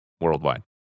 worldwide